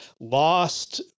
lost